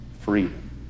Freedom